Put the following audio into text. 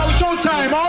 showtime